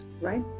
right